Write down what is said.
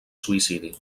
suïcidi